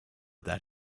that